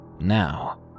Now